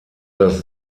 das